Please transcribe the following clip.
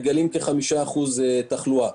אנחנו מגלים כ-5% תחלואה.